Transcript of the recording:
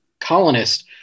colonist